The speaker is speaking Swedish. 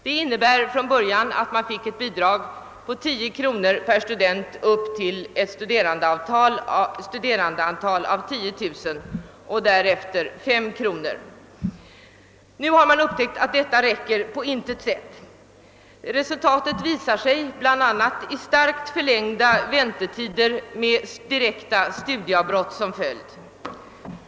Det innebar från början att man fick ett bidrag på 10 kronor per student upp till ett studerandeantal av 10000 och därefter 5 kronor. Nu har man upptäckt att detta på intet sätt räcker. Resultatet visar sig bl.a. i starkt förlängda väntetider med direkta studieavbrott som följd.